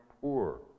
poor